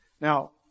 Now